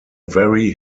very